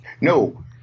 No